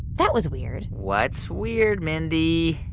that was weird what's weird, mindy?